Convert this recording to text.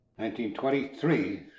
1923